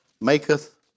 maketh